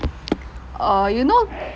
err you know